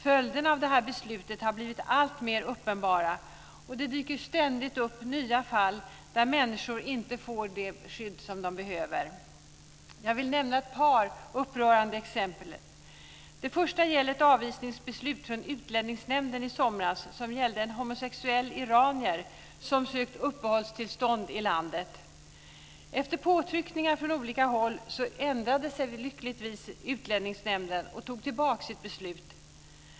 Följderna av beslutet har blivit alltmer uppenbara, och det dyker ständigt upp nya fall där människor inte får det skydd som de behöver. Jag vill nämna ett par upprörande exempel. Det första gäller ett avvisningsbeslut från Utlänningsnämnden i somras som gällde en homosexuell iranier som sökt uppehållstillstånd i landet. Efter påtryckningar från olika håll ändrade sig lyckligtvis Utlänningsnämnden och tog tillbaka sitt beslut.